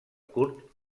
curt